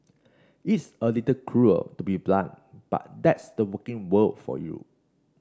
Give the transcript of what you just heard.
it's a little cruel to be so blunt but that's the working world for you